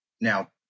Now